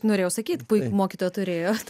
norėjau sakyt puikų mokytoją turėjo